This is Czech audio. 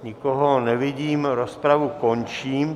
Nikoho nevidím, rozpravu končím.